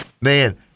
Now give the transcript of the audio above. man